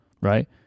right